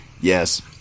Yes